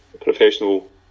professional